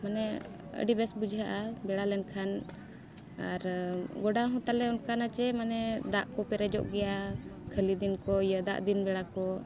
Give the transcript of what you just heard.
ᱢᱟᱱᱮ ᱟᱹᱰᱤ ᱵᱮᱥ ᱵᱩᱡᱷᱟᱹᱜᱼᱟ ᱵᱮᱲᱟ ᱞᱮᱱ ᱠᱷᱟᱱ ᱟᱨ ᱜᱚᱰᱟ ᱦᱚᱸ ᱛᱟᱞᱮ ᱚᱱᱠᱟᱱᱟᱜ ᱪᱮᱫ ᱢᱟᱱᱮ ᱫᱟᱜ ᱠᱚ ᱯᱮᱨᱮᱡᱚᱜ ᱜᱮᱭᱟ ᱠᱷᱟᱹᱞᱤ ᱫᱤᱱ ᱠᱚ ᱤᱭᱟᱹ ᱫᱟᱜ ᱫᱤᱱ ᱵᱮᱲᱟ ᱠᱚ